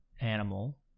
animal